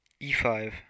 e5